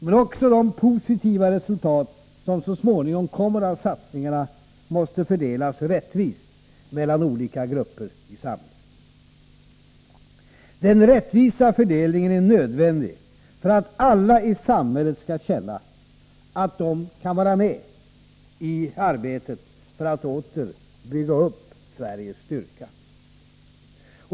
Men också de positiva resultat som så småningom kommer av satsningarna måste fördelas rättvist mellan olika grupper i samhället. Den rättvisa fördelningen är nödvändig för att alla i samhället skall känna att de kan vara med i arbetet för att åter bygga upp Sveriges styrka.